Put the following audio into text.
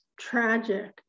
tragic